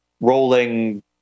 rolling